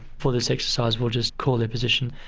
for this exercise we'll just call their positions.